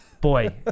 Boy